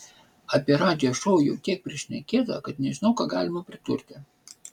apie radijo šou jau tiek prišnekėta kad nežinau ką galima pridurti